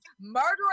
murdering